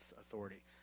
authority